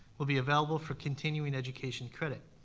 will be available for continuing education credit.